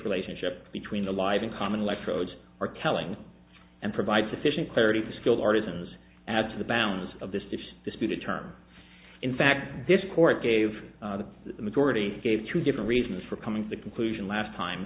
relationship between the live in common electrodes are telling and provide sufficient clarity to skilled artisans add to the bounds of this disputed term in fact this court gave the majority gave two different reasons for coming to the conclusion